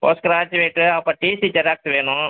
post graduate அப்போ TC xerox வேணும்